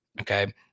Okay